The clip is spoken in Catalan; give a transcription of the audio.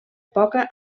poca